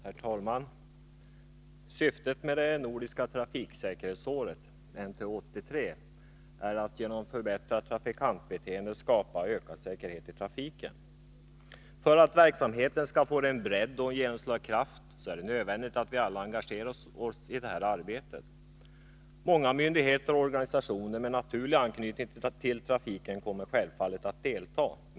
Herr talman! Syftet med det nordiska trafiksäkerhetsåret NTÅ-83-—är att genom förbättrat trafikantbeteende skapa ökad säkerhet i trafiken. För att verksamheten skall få bredd och genomslagskraft är det nödvändigt att vi alla engagerar oss i arbetet. Många myndigheter och organisationer med naturlig anknytning till trafiken kommer självfallet att delta.